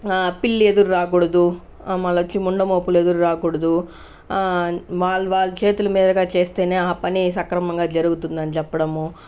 పిల్లి ఎదురు రాకూడదు మళ్లీ వచ్చి ముండమోపులు ఎదురురాకూడదు వాళ్ళు వాళ్ళ చేతుల మీదుగా చేస్తేనే ఆ పని సక్రమంగా జరుగుతుందని చెప్పడము